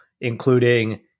including